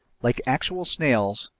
like actual snails,